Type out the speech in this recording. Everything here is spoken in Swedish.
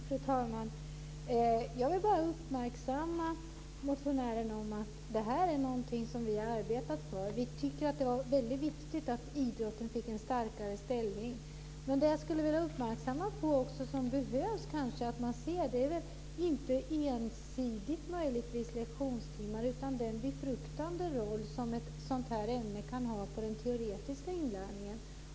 Fru talman! Jag vill bara uppmärksamma motionären om att detta är något som vi har arbetat för. Vi tycker att det har varit väldigt viktigt att idrotten fick en starkare ställning. Men det som jag också skulle vilja fästa uppmärksamheten på är att man inte ensidigt talar om lektionstimmar utan den befruktande roll som ett sådant här ämne kan ha på den teoretiska inlärningen.